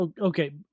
Okay